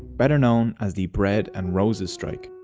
better known as the bread and roses strike.